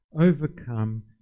Overcome